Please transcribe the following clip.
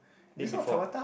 date before